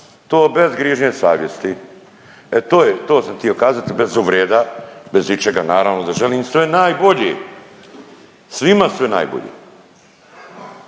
to bez grižnje savjesti. E to je, to sam htio kazati bez uvreda, bez ičega naravno da želim sve najbolje svima sve najbolje.